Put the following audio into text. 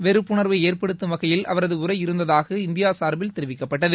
வெறுப்புணர்வை ஏற்படுத்தும் வகையில் அவரது உரை இருந்ததாக இந்தியா சார்பில் தெரிவிக்கப்பட்டது